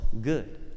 good